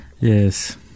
Yes